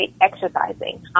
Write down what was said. exercising